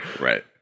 Right